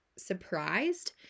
surprised